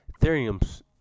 Ethereum's